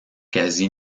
quasi